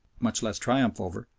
much less triumph over,